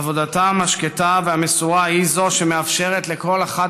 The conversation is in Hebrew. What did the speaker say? עבודתם השקטה והמסורה היא שמאפשרת לכל אחת